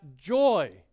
joy